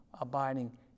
abiding